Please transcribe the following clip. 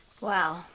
Wow